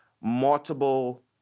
multiple